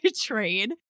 trade